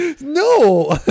no